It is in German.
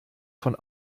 von